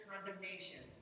condemnation